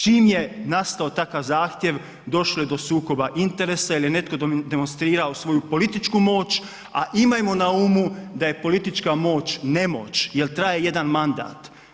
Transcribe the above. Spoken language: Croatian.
Čim je nastao takav zahtjev, došlo je do sukoba interesa jer je netko demonstrirao svoju politički moć, a imajmo na umu da je politička moć nemoć jer traje 1 mandat.